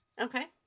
Okay